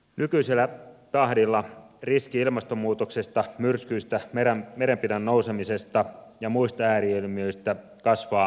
nykyisellä tahdilla riski ilmastonmuutoksesta myrskyistä merenpinnan nousemisesta ja muista ääri ilmiöistä kasvaa koko ajan